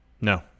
no